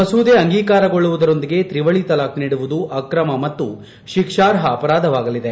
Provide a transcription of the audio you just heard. ಮಸೂದೆ ಅಂಗೀಕಾರಗೊಳ್ಳುವುದರೊಂದಿಗೆ ತ್ರಿವಳಿ ತಲಾಖ್ ನೀಡುವುದು ಅಕ್ರಮ ಮತ್ತು ಶಿಕ್ಷಾರ್ಹ ಅಪರಾಧವಾಗಲಿದೆ